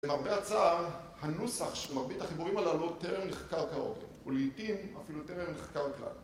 למרבה הצער, הנוסח של מרבית החיבורים הללו טרם נחקר כהוגן ולעיתים אפילו טרם לחקר כלל